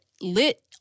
lit